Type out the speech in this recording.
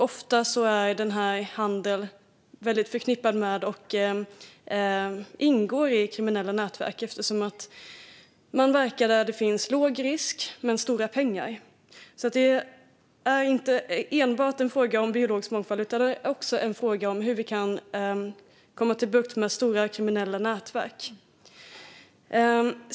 Ofta är denna handel väldigt förknippad med och ingår i kriminella nätverk eftersom man verkar där det finns låg risk men stora pengar. Det är alltså inte enbart en fråga om biologisk mångfald utan också en fråga om hur vi kan få bukt med stora kriminella nätverk.